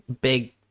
big